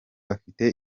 afite